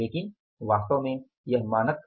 लेकिन वास्तव में यह मानक था